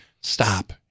Stop